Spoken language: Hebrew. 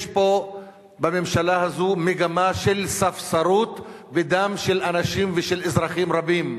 יש פה בממשלה הזאת מגמה של ספסרות בדם של אנשים ושל אזרחים רבים.